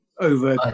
over